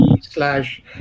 slash